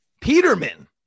Peterman